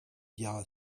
dira